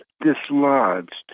dislodged